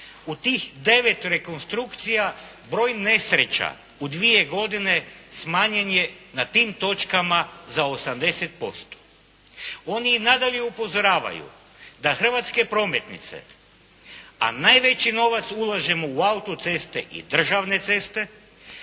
u tih 9 rekonstrukcija broj nesreća u dvije godine smanjen je na tim točkama za 80%. Oni i nadalje upozoravaju da hrvatske prometnice, a najveći novac ulažemo u autoceste i državne ceste,